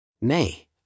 Nay